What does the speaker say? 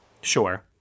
Sure